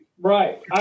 Right